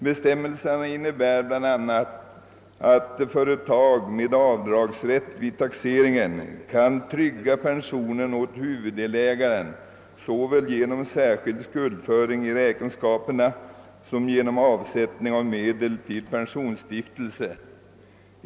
Bestämmelserna innebär bl.a. att företag med avdragsrätt vid taxeringen kan trygga pensionen åt huvuddelägaren såväl genom särskild skuldföring i räkenskaperna som genom avsättning av medel till pensionsstiftelse.